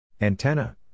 Antenna